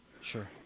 Sure